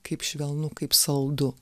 kaip švelnu kaip saldu